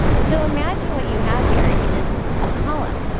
so imagine what you have here is a column.